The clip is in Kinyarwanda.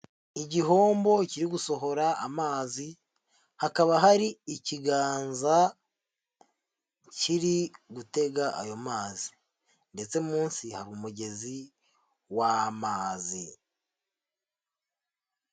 Igihombo kiri gusohora amazi, hakaba hari ikiganza, kiri gutega ayo mazi, ndetse munsi hari umugezi w'amazi.